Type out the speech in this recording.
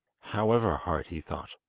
however hard he thought.